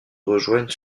rejoignent